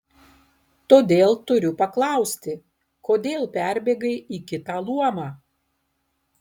todėl turiu paklausti kodėl perbėgai į kitą luomą